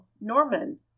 Norman